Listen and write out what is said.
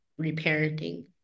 reparenting